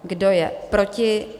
Kdo je proti?